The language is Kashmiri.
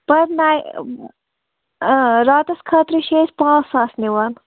پَرنَے راتَس خٲطرٕ چھِ أسۍ پانٛژھ ساس نِوان